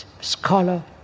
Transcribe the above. scholar